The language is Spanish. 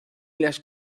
las